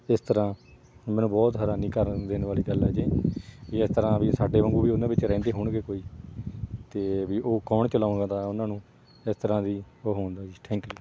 ਇਸ ਤਰ੍ਹਾਂ ਮੈਨੂੰ ਬਹੁਤ ਹੈਰਾਨੀ ਕਰਨ ਦੇਣ ਵਾਲੀ ਗੱਲ ਹੈ ਜੀ ਵੀ ਇਸ ਤਰ੍ਹਾਂ ਵੀ ਸਾਡੇ ਵਾਂਗੂ ਵੀ ਉਹਨਾਂ ਵਿੱਚ ਰਹਿੰਦੇ ਹੋਣਗੇ ਕੋਈ ਅਤੇ ਵੀ ਉਹ ਕੌਣ ਚਲਾਉਂਦਾ ਤਾਂ ਉਹਨਾਂ ਨੂੰ ਇਸ ਤਰ੍ਹਾਂ ਦੀ ਉਹ ਹੋਣ ਦਾ ਜੀ ਥੈਂਕ ਯੂ